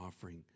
offering